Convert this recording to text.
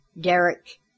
Derek